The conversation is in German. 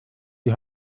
die